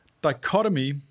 dichotomy